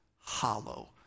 hollow